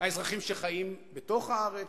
האזרחים שחיים בתוך הארץ,